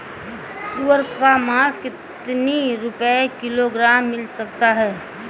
सुअर का मांस कितनी रुपय किलोग्राम मिल सकता है?